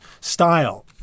style